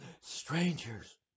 strangers